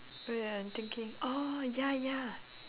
uh wait I'm thinking oh ya ya